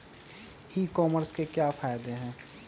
ई commerce के क्या फायदे हैं?